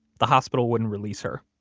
the hospital wouldn't release her.